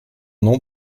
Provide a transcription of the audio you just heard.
nom